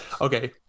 Okay